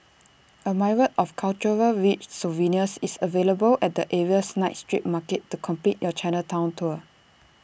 A myriad of cultural rich souvenirs is available at the area's night street market to complete your Chinatown tour